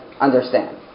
understand